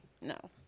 No